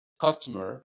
customer